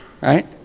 Right